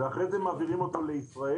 ואחרי זה מעבירים אותו לישראל.